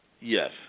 Yes